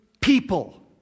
people